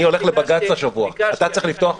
אני הולך לבג"ץ השבוע, אתה צריך לפתוח אותם.